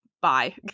bye